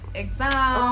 exam